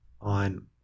on